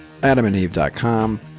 AdamAndEve.com